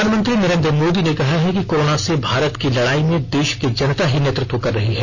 प्रधानमंत्री नरेन्द्र मोदी ने कहा है कि कोरोना से भारत की लड़ाई में देश की जनता ही नेतृत्व कर रही है